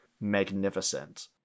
magnificent